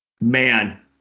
man